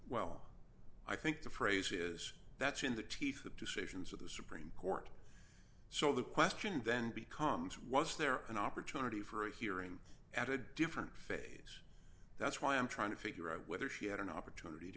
well i think the phrase is that's in the teeth of decisions of the supreme court so the question then becomes was there an opportunity for a hearing at a different phase that's why i'm trying to figure out whether she had an opportunity to